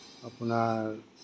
আপোনাৰ